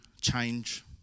change